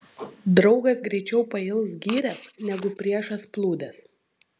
draugas greičiau pails gyręs negu priešas plūdes